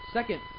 Second